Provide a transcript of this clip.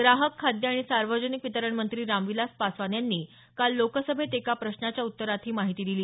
ग्राहक खाद्य आणि सार्वजनिक वितरण मंत्री रामविलास पासवान यांनी काल लोकसभेत एका प्रश्नाच्या उत्तरात ही माहिती दिली